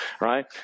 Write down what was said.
right